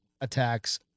attacks